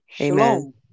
Amen